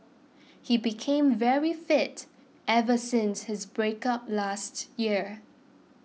he became very fit ever since his breakup last year